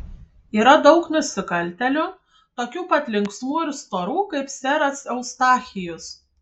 yra daug nusikaltėlių tokių pat linksmų ir storų kaip seras eustachijus